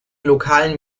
lokalen